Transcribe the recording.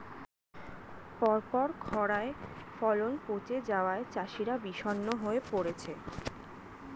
পরপর খড়ায় ফলন পচে যাওয়ায় চাষিরা বিষণ্ণ হয়ে পরেছে